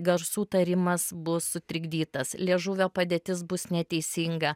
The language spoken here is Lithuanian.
garsų tarimas bus sutrikdytas liežuvio padėtis bus neteisinga